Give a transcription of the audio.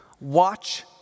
Watch